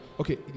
Okay